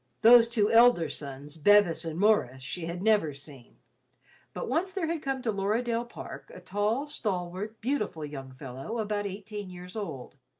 those two elder sons, bevis and maurice, she had never seen but once there had come to lorridaile park a tall, stalwart, beautiful young fellow about eighteen years old,